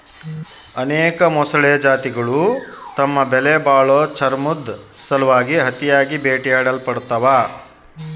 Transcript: ಅನೇಕ ಮೊಸಳೆ ಜಾತಿಗುಳು ತಮ್ಮ ಬೆಲೆಬಾಳೋ ಚರ್ಮುದ್ ಸಲುವಾಗಿ ಅತಿಯಾಗಿ ಬೇಟೆಯಾಡಲ್ಪಡ್ತವ